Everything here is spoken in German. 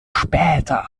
später